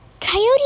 Coyote